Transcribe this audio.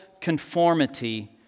conformity